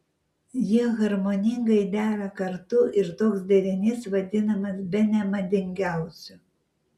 jie harmoningai dera kartu ir toks derinys vadinamas bene madingiausiu